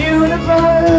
universe